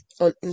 on